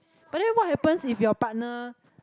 but then what happens if your partner